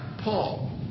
Paul